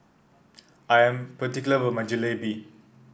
I am particular about my Jalebi